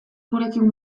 gurekin